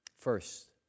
First